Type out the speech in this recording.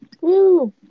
Woo